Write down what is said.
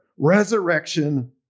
resurrection